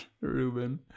reuben